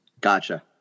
Gotcha